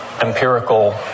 empirical